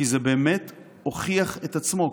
כי זה באמת הוכיח את עצמו.